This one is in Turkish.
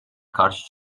karşı